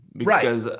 Right